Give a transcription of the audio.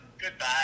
Goodbye